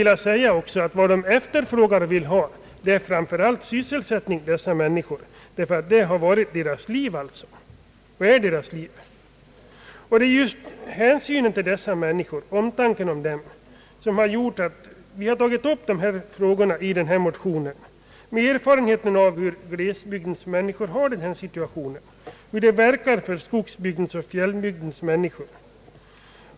Dessa människor efterfrågar framför allt sysselsättning, detta är och har varit deras liv. Det är just hänsynen till dessa människor och omtanken om dem som har gjort att vi har tagit upp dessa frågor i motionen, med erfarenhet av hur glesbygdens människor har det i den situationen och hur verkningarna är för skogsbygdens och fjällbygdens människor.